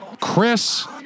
Chris